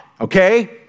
okay